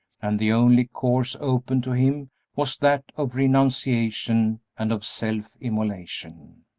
and the only course open to him was that of renunciation and of self-immolation.